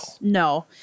No